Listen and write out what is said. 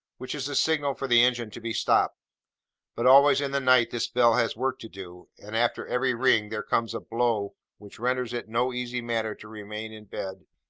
which is the signal for the engine to be stopped but always in the night this bell has work to do, and after every ring, there comes a blow which renders it no easy matter to remain in bed.